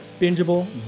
bingeable